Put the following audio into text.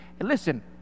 Listen